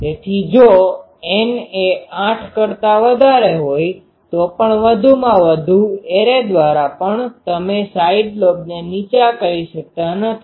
તેથી જો N એ 8 કરતા વધારે હોય તો પણ વધુમાં વધુ એરે દ્વારા પણ તમે સાઈડ લોબને નીચા કરી શકતા નથી